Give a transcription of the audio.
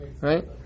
right